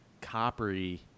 coppery